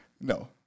No